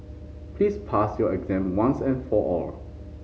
please pass your exam once and for all